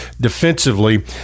defensively